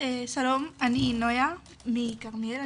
שלום, אני נויה מכרמיאל.